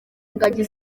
ingagi